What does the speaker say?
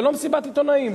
זה לא מסיבת עיתונאים.